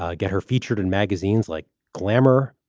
ah get her featured in magazines like glamour.